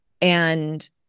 And-